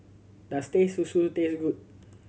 does Teh Susu taste good